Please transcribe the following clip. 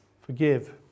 forgive